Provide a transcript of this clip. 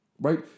right